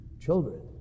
Children